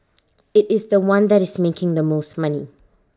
IT is The One that is making the most money